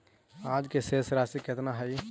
आज के शेष राशि केतना हई?